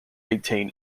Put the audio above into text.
maintain